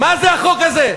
מה זה החוק הזה?